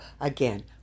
again